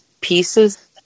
pieces